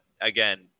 again